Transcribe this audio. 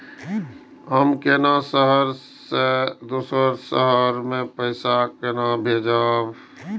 हम केना शहर से दोसर के शहर मैं पैसा केना भेजव?